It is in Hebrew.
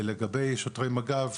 לגבי שוטרי מג"ב,